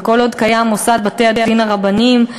וכל עוד מוסד בתי-הדין הרבניים קיים,